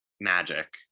magic